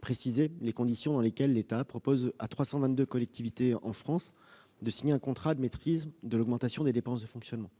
précise les conditions dans lesquelles l'État propose à 322 collectivités en France de signer un contrat de maîtrise de l'augmentation des dépenses de fonctionnement.